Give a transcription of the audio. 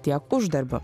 tiek uždarbiu